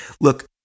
look